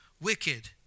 wicked